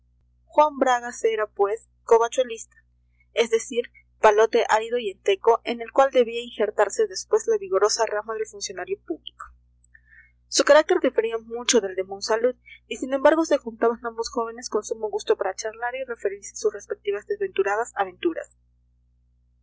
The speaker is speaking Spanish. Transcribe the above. juan bragas era pues covachuelista es decir palote árido y enteco en el cual debía injertarse después la vigorosa rama del funcionario público su carácter difería mucho del de monsalud y sin embargo se juntaban ambos jóvenes con sumo gusto para charlar y referirse sus respectivas desventuradas aventuras